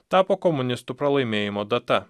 tapo komunistų pralaimėjimo data